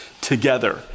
together